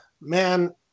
Man